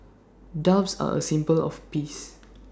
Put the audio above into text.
doves are A symbol of peace